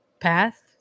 path